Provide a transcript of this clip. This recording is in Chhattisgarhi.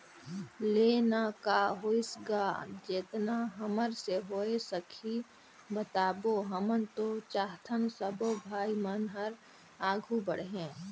ले ना का होइस गा जेतना हमर से होय सकही बताबो हमन तो चाहथन सबो भाई मन हर आघू बढ़े